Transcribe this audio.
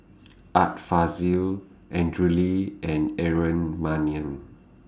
Art Fazil Andrew Lee and Aaron Maniam